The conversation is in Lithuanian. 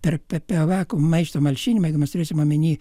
per pe pevakų maišto malšinimą jeigu mes turėsim omeny